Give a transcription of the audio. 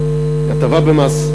הטבה במס,